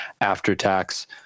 after-tax